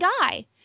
guy